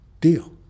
deal